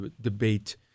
debate